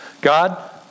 God